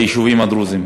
ביישובים הדרוזיים.